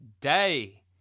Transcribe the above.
day